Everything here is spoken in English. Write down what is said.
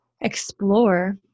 explore